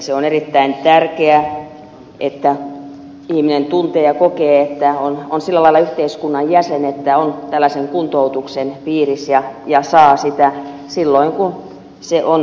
se on erittäin tärkeää että ihminen tuntee ja kokee että on sillä lailla yhteiskunnan jäsen että on tällaisen kuntoutuksen piirissä ja saa sitä silloin kun se on tarpeen